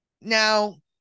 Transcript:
Now